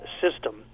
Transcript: system